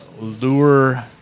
lure